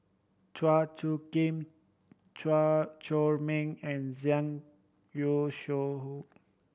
Chua Soo Khim Chua Chor Meng and Zhang Youshuo